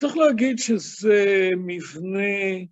‫צריך להגיד שזה מבנה...